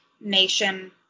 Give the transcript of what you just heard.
nation